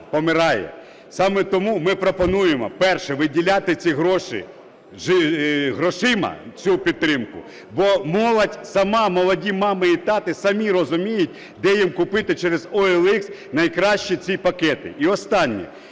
Саме тому ми пропонуємо. Перше – виділяти грошима цю підтримку. Бо молодь сама, молоді мами і тати самі розуміють, де їм купити, через OLX, найкраще ці пакети. І останнє.